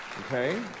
okay